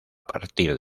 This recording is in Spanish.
partir